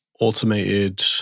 automated